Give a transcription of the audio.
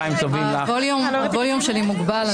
הווליום שלי מוגבל,